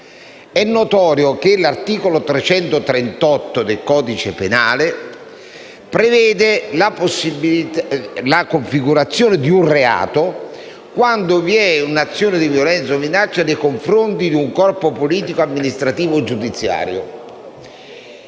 È notorio che l'articolo 338 del codice penale prevede la configurazione di un reato quando vi è un'azione di violenza o minaccia nei confronti di un corpo politico, amministrativo o giudiziario.